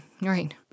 Right